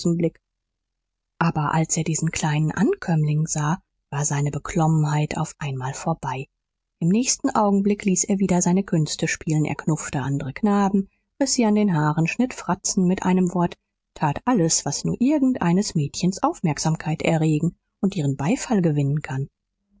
aber als er diesen kleinen ankömmling sah war seine beklommenheit auf einmal vorbei im nächsten augenblick ließ er wieder seine künste spielen er knuffte andere knaben riß sie an den haaren schnitt fratzen mit einem wort tat alles was nur irgend eines mädchens aufmerksamkeit erregen und ihren beifall gewinnen kann